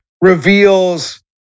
reveals